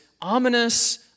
ominous